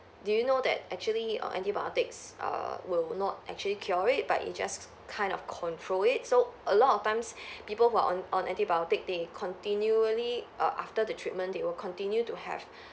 do you know that actually err antibiotics err will not actually cure it but it just kind of control it so a lot of times people who are on on antibiotic they continually err after the treatment they will continue to have